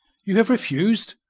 you have refuse'?